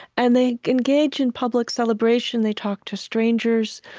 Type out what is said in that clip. and they engage in public celebration. they talk to strangers.